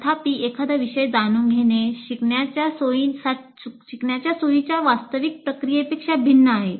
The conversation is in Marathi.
तथापि एखादा विषय जाणून घेणे शिकण्याच्या सोयीच्या वास्तविक प्रक्रियेपेक्षा भिन्न आहे